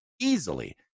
Easily